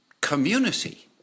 community